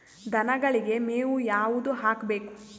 ದನಗಳಿಗೆ ಮೇವು ಯಾವುದು ಹಾಕ್ಬೇಕು?